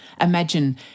Imagine